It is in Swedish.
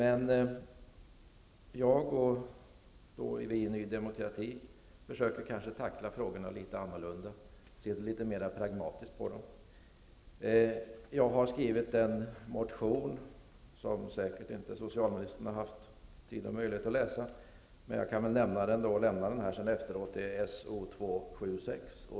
Vi i Ny demokrati försöker tackla frågorna litet annorlunda och se litet mera pragmatiskt på dem. Jag har skrivit en motion, som socialministern säkert inte har haft tid och möjlighet att läsa men som jag kan lämna över senare.